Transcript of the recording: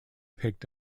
picked